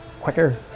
quicker